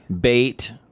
bait